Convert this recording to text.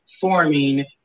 forming